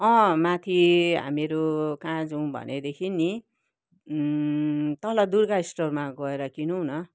अँ माथि हामीहरू कहाँ जाऔँ भनेदेखिन् नि तल दुर्गा स्टोरमा गएर किनौँ न